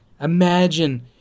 imagine